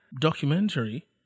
documentary